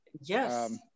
Yes